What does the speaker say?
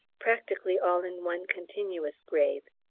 practically all in one continuous grave,